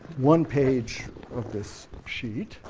one page of this sheet